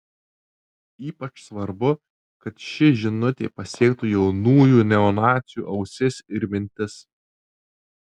ypač svarbu kad ši žinutė pasiektų jaunųjų neonacių ausis ir mintis